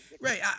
Right